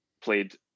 played